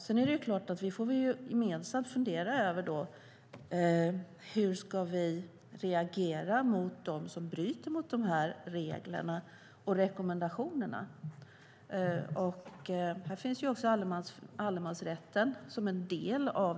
Sedan är det klart att vi gemensamt får fundera över hur vi ska reagera mot dem som bryter mot de här reglerna och rekommendationerna. Här finns också allemansrätten som en del.